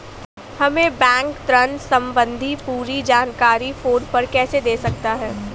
हमें बैंक ऋण संबंधी पूरी जानकारी फोन पर कैसे दे सकता है?